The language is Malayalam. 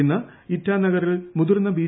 ഇന്ന് ഇറ്റാനഗറിൽ മുതിർന്ന ബി